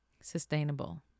sustainable